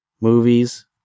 movies